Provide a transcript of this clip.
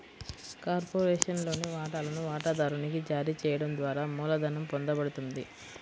కార్పొరేషన్లోని వాటాలను వాటాదారునికి జారీ చేయడం ద్వారా మూలధనం పొందబడుతుంది